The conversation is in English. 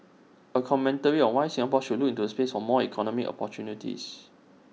A commentary on why Singapore should look to space for more economic opportunities